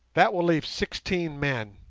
that will leave sixteen men.